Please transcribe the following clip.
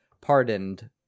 pardoned